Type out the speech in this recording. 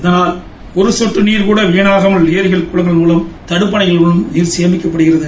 இதனால் ஒரு சொட்டு தண்ணீர் கூட வீணாகாமல் ஏரிகள் குளங்கள் மூலம் தடுப்பனைகள் மூலம் நீர் சேமிக்கப்படுகிறது